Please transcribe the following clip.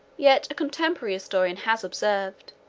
yet a contemporary historian has observed,